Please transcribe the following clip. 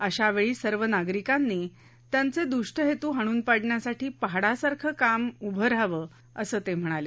अशा वेळी सर्व नागरिकांनी त्यांचे द्रष्ट हेतू हाणून पाडण्यासाठी पहाडासारखं ठाम उभं राहायला हवं असं ते म्हणाले